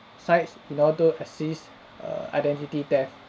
sites assist err identity theft